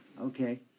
okay